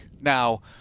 Now